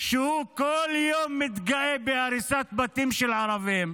שהוא כל יום מתגאה בהריסת בתים של ערבים?